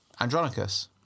Andronicus